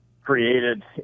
created